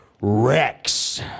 Rex